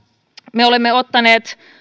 me olemme ottaneet